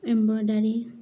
embroidery